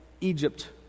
Egypt